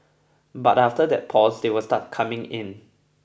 but after that pause they will start coming in